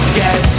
get